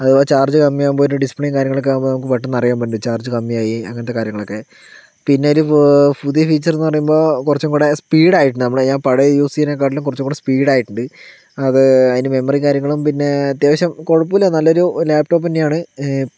അഥവാ ചാർജ് കമ്മിയാവുമ്പോ അതിൻ്റെ ഡിസ്പ്ലേം കാര്യങ്ങളൊക്കെ ആകുമ്പോൾ നമക്ക് പെട്ടന്നറിയാൻ പറ്റും ചാർജ് കമ്മിയായി അങ്ങനത്തെ കാര്യങ്ങളൊക്കെ പിന്നെ ഒരു പുതിയ ഫീച്ചറ്ന്ന് പറയുമ്പോ കുറച്ചുംകൂടെ സ്പീഡ് ആയിട്ടുണ്ട് നമ്മള് ഞാൻ പഴയത് യൂസേയ്ണത്നെക്കാളും കുറച്ചും കൂടെ സ്പീഡായിട്ടുണ്ട് അത് അതിൻ്റെ മെമ്മറിയും കാര്യങ്ങളും പിന്നെ അത്യാവശ്യം കുഴപ്പമില്ല നല്ലൊരു ലാപ്ടോപ്പെന്നെയാണ്